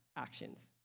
actions